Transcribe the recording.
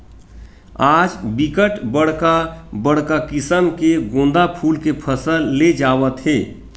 आज बिकट बड़का बड़का किसम के गोंदा फूल के फसल ले जावत हे